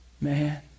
Man